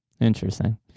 interesting